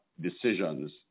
decisions